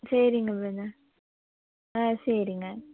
சரிங்க பிரதர் ஆ சரிங்க